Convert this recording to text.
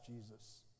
Jesus